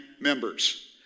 members